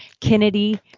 Kennedy